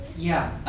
yeah.